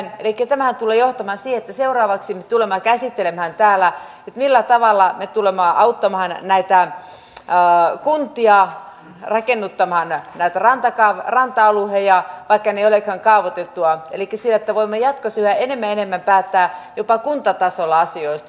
elikkä tämähän tulee johtamaan siihen että seuraavaksi me tulemme käsittelemään täällä sitä millä tavalla me tulemme auttamaan näitä kuntia rakennuttamaan näitä ranta alueita vaikka ne eivät olekaan kaavoitettuja elikkä siihen että voimme jatkossa yhä enemmän ja enemmän päättää jopa kuntatasolla asioista